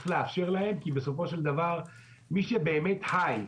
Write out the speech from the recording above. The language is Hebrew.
צריך לאפשר להם כי מי שבאמת חי,